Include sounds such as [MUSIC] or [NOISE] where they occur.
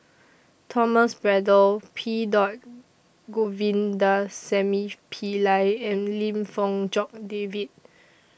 Thomas Braddell P [UNINTELLIGIBLE] Govindasamy Pillai and Lim Fong Jock David